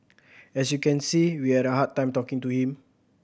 as you can see we had a hard time talking to him